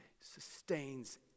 sustains